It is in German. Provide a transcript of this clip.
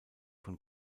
von